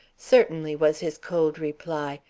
certainly, was his cold reply.